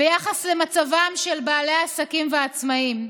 ביחס למצבם של בעלי העסקים והעצמאים.